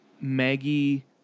Maggie